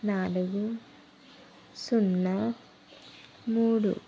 నాలుగు సున్నా మూడు